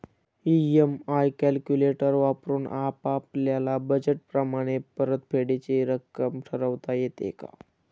EMI calculator वापरून आपापल्या budget प्रमाणे परतफेडीची रक्कम ठरवता येते का?